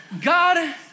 God